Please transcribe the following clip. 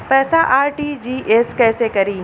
पैसा आर.टी.जी.एस कैसे करी?